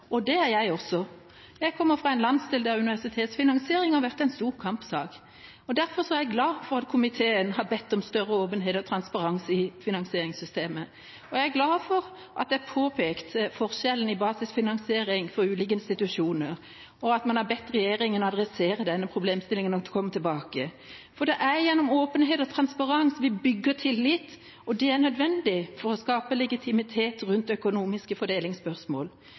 finansieringsspørsmålet. Det er jeg også. Jeg kommer fra en landsdel der universitetsfinansiering har vært en stor kampsak. Derfor er jeg glad for at komiteen har bedt om større åpenhet og transparens i finansieringssystemet, og jeg er glad for at man har påpekt forskjellen i basisfinansiering av ulike institusjoner, og for at man har bedt regjeringa adressere denne problemstillinga og komme tilbake. For det er gjennom åpenhet og transparens vi bygger tillit, og det er nødvendig for å skape legitimitet rundt økonomiske fordelingsspørsmål.